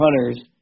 hunters